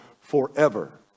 forever